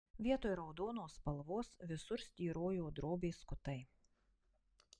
vietoj raudonos spalvos visur styrojo drobės skutai